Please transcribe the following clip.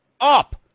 up